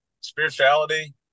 spirituality